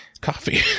coffee